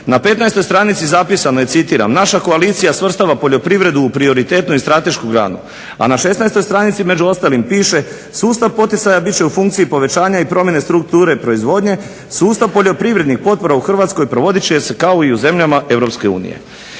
na 15. stranici zapisano je citiram: naša koalicija svrstava poljoprivredu u prioritetnu i stratešku granu. A na 16. stranici među ostalim piše: sustav poticaja bit će u funkciji povećanja i promjene strukture proizvodnje, sustav poljoprivrednih potpora u Hrvatskoj provodit će se kao i u zemljama